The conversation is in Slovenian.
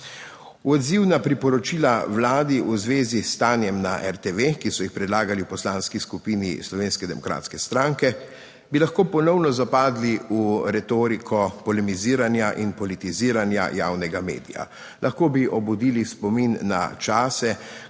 Odzivna priporočila Vladi v zvezi s stanjem na RTV, ki so jih predlagali v Poslanski skupini Slovenske demokratske stranke, bi lahko ponovno zapadli v retoriko polemiziranja in politiziranja javnega medija. Lahko bi obudili spomin na čase,